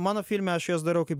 mano filme aš juos darau kaip